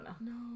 No